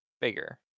bigger